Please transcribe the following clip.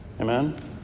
Amen